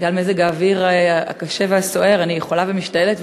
בגלל מזג האוויר הקשה והסוער אני חולה ומשתעלת,